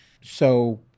So-